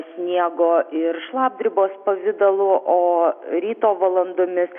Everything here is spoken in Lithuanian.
sniego ir šlapdribos pavidalu o ryto valandomis